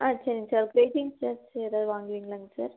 ஆ சரிங்க sir waiting charge எதாவது வாங்குவிங்களாங்க சார்